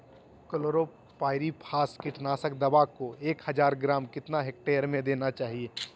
Chlorpyrifos कीटनाशक दवा को एक हज़ार ग्राम कितना हेक्टेयर में देना चाहिए?